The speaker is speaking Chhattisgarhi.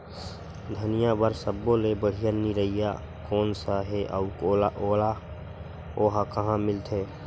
धनिया बर सब्बो ले बढ़िया निरैया कोन सा हे आऊ ओहा कहां मिलथे?